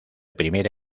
primera